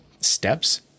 steps